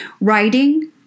Writing